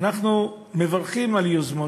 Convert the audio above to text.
אנחנו מברכים על יוזמות,